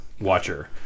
watcher